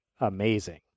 amazing